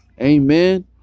Amen